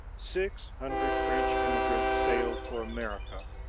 six hundred french emigrants sailed for america,